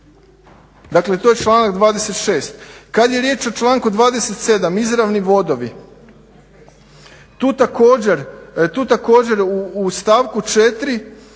Dakle, to je članak 26. Kad je riječ o članku 27. izravni vodovi tu također u stavku 4.